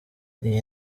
iyi